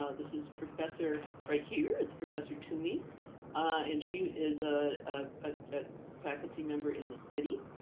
ah this is professor right here, it's professor toomey and she is ah ah ah faculty member in the city.